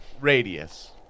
radius